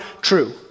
true